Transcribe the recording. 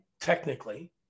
technically